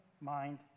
mind